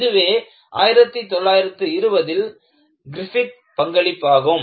இதுவே 1920ல் கிரிஃபித் பங்களிப்பாகும்